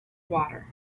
water